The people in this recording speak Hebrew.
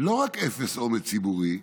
ולא רק אפס אומץ ציבורי,